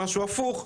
משהו הפוך,